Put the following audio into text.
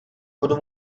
budu